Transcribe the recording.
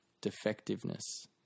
defectiveness